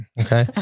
Okay